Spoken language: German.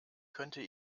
könnte